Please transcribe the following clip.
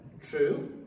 True